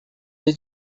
lhe